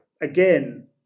again